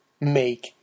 make